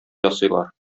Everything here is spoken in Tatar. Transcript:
ясыйлар